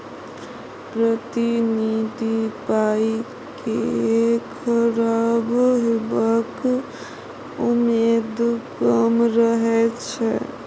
प्रतिनिधि पाइ केँ खराब हेबाक उम्मेद कम रहै छै